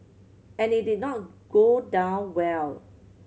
and it did not go down well